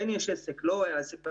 כן יש עסק או אין עסק,